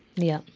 yeah.